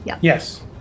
Yes